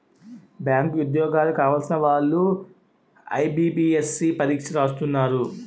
bank ఉద్యోగాలు కావలసిన వాళ్లు ఐబీపీఎస్సీ పరీక్ష రాస్తున్నారు